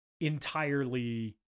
entirely